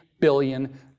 billion